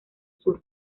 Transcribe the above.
sur